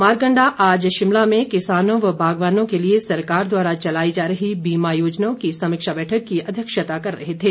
मारकंडा आज शिमला में किसानों व बागवानों के लिए सरकार द्वारा चलाई जा रही बीमा योजनाओं की समीक्षा बैठक की अध्यक्षता कर रहे थे